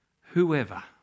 whoever